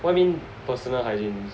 what you mean personal hygiene